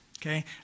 Okay